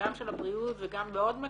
גם של הבריאות וגם בעוד מקומות.